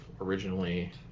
originally